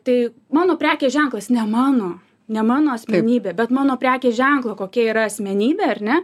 tai mano prekės ženklas ne mano ne mano asmenybė bet mano prekės ženklo kokia yra asmenybė ar ne